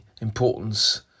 importance